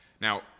Now